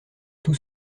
tout